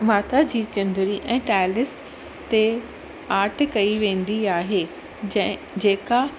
माता जी चुंदरी ऐं टाइलिस ते आट कई वेंदी आहे जंहिं जेका